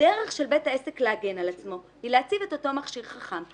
הדרך של בית העסק להגן על עצמו היא להציב את אותו מכשיר חכם,